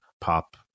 pop